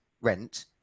rent